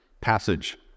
passage